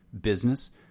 business